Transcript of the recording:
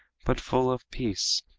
but full of peace,